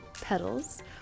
petals